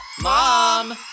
mom